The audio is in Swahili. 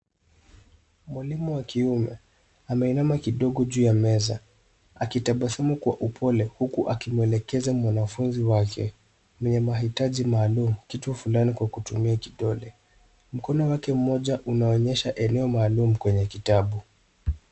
Mwalimu wa kiume ameinama kidogo juu ya meza akitabasamu kwa upole huku akimwelekeza mwanafunzi wake mwenye mahitaji maalum kitu fulani kwa kutumia kidole. Mkono wake mmoja unaonyesha eneo maalum kwenye kitabu.